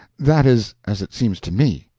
that is as it seems to me.